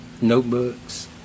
notebooks